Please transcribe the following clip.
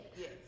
Yes